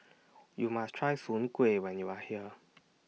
YOU must Try Soon Kuih when YOU Are here